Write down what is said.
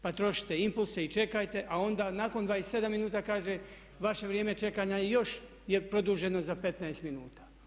Pa trošite impulse i čekajte, a onda nakon 27 minuta kaže vaše vrijeme čekanja je još produženo za 15 minuta.